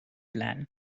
plan